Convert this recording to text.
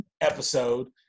episode